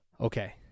okay